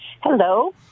Hello